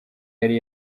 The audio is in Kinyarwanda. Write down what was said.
yari